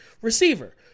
receiver